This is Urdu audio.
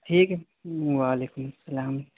ٹھیک ہے وعلیکم السلام